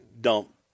dump